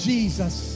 Jesus